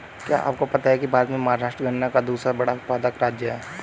क्या आपको पता है भारत में महाराष्ट्र गन्ना का दूसरा बड़ा उत्पादक राज्य है?